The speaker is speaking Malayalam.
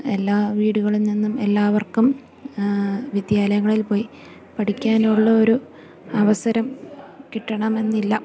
എല്ലാ വീടുകളിൽ നിന്നും എല്ലാവർക്കും വിദ്യാലയങ്ങളിൽ പോയി പഠിക്കാനുള്ളൊരു അവസരം കിട്ടണമെന്നില്ല